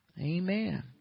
Amen